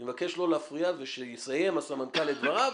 אני מבקש לא להפריע וכשיסיים הסמנכ"ל את דבריו